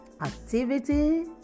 Activity